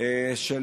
של